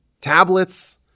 tablets